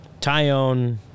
Tyone